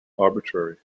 arbitrary